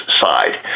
side